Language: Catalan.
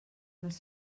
les